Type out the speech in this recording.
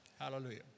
Hallelujah